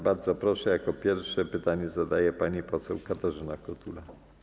Bardzo proszę, jako pierwsza pytanie zadaje pani poseł Katarzyna Kotula.